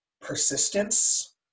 persistence